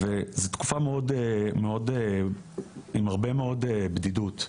זו תקופה עם הרבה מאוד בדידות.